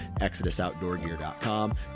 ExodusOutdoorGear.com